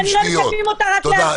תודה.